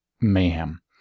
mayhem